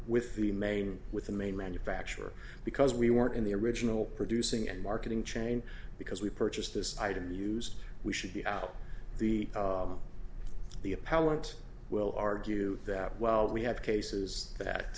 with the main with the main manufacturer because we weren't in the original producing and marketing chain because we purchased this item use we should be out the the appellant will argue that well we have cases that